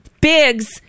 Biggs